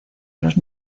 los